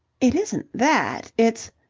it isn't that. it's.